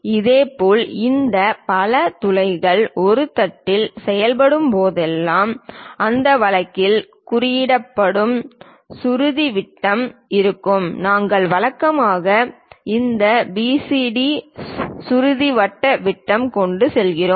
இதேபோல் இந்த பல துளைகள் ஒரு தட்டில் செய்யப்படும்போதெல்லாம் அந்த வழக்கில் குறிப்பிடப்படும் சுருதி விட்டம் இருக்கும் நாங்கள் வழக்கமாக இந்த பிசிடி சுருதி வட்ட விட்டம் கொண்டு செல்கிறோம்